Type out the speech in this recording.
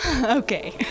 Okay